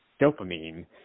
dopamine